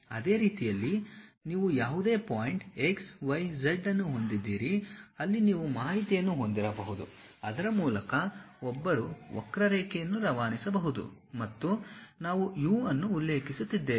ಅದೇ ರೀತಿಯಲ್ಲಿ ನೀವು ಯಾವುದೇ ಪಾಯಿಂಟ್ x y z ಅನ್ನು ಹೊಂದಿದ್ದೀರಿ ಅಲ್ಲಿ ನೀವು ಮಾಹಿತಿಯನ್ನು ಹೊಂದಿರಬಹುದು ಅದರ ಮೂಲಕ ಒಬ್ಬರು ವಕ್ರರೇಖೆಯನ್ನು ರವಾನಿಸಬಹುದು ಮತ್ತು ನಾವು U ಅನ್ನು ಉಲ್ಲೇಖಿಸುತ್ತಿದ್ದೇವೆ